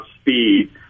speed